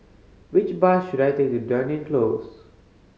which bus should I take to Dunearn Close